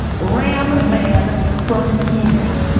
ram man from he man.